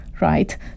right